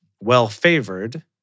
well-favored